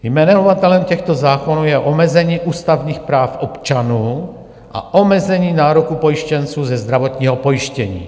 Jmenovatelem těchto zákonů je omezení ústavních práv občanů a omezení nároků pojištěnců ze zdravotního pojištění.